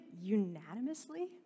unanimously